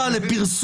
העבירות